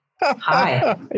hi